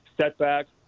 setbacks